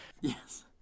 Yes